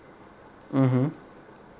mmhmm